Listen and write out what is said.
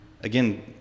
again